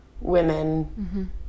women